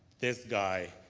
this guy,